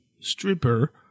stripper